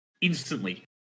instantly